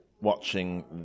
watching